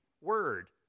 word